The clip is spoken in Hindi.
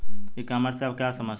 ई कॉमर्स से आप क्या समझते हो?